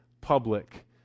public